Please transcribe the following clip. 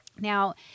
Now